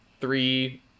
three